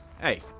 Hey